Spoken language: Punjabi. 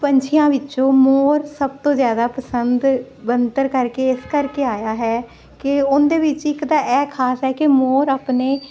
ਪੰਛੀਆਂ ਵਿੱਚੋਂ ਮੋਰ ਸਭ ਤੋਂ ਜਿਆਦਾ ਪਸੰਦ ਬਣਤਰ ਕਰਕੇ ਇਸ ਕਰਕੇ ਆਇਆ ਹੈ ਕਿ ਉਹਦੇ ਵਿੱਚ ਇੱਕ ਤਾਂ ਇਹ ਖਾਸ ਹੈ ਕਿ ਮੋਰ ਆਪਣੇ